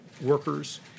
workers